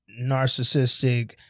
narcissistic